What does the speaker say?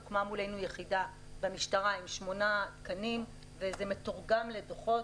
הוקמה מולנו יחידה במשטרה עם שמונה תקנים וזה מתורגם לדוחות.